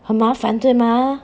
很麻烦对吗